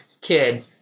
kid